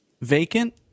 vacant